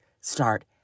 start